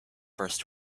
first